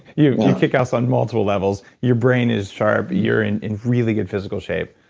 you kick ass on multiple levels your brain is sharp. you're in in really good physical shape.